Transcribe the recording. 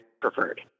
preferred